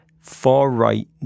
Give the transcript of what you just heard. far-right